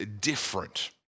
different